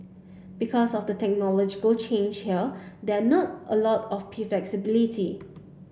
because of the technological change here there not a lot of flexibility